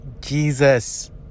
Jesus